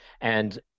And-